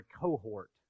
cohort